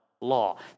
law